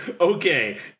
Okay